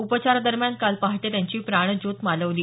उपचारादरम्यान काल पहाटे त्यांची प्राणज्योत मालवली